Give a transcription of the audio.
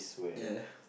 ya